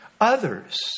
Others